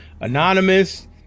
anonymous